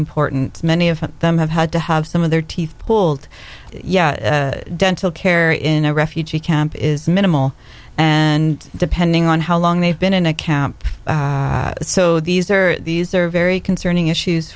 important many of them have had to have some of their teeth pulled yet dental care in a refugee camp is minimal and depending on how long they've been in a camp so these are these are very concerning issues